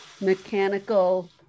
mechanical